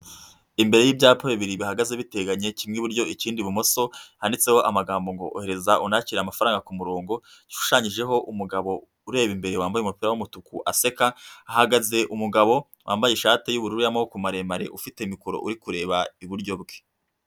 Imbere y'ibyapa bibiri bihagaze biteganye kimwe iiburyo ikindi ibumoso, handitseho amagambo ngo: "Ohereza unakire amafaranga ku murongo", gishushanyijeho umugabo ureba imbere wambaye umupira w'umutuku aseka, hahagaze umugabo wambaye ishati y'ubururu ifite amaboko maremare, ufite mikoro uri kureba iburyo bwe.